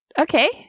Okay